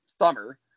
summer